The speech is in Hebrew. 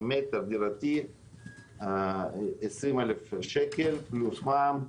מטר דירתי 20,000 פלוס מע"מ,